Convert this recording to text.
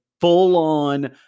full-on